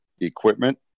equipment